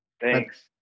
Thanks